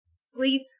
Sleep